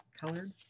colored